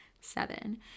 Seven